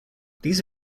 these